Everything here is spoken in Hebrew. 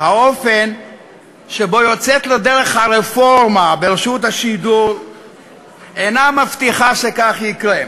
האופן שבו יוצאת לדרך הרפורמה ברשות השידור אינה מבטיחה שכך יקרה.